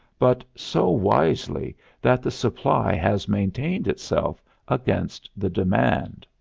but so wisely that the supply has maintained itself against the demand.